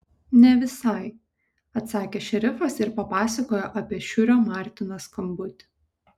ne visai atsakė šerifas ir papasakojo apie šiurio martino skambutį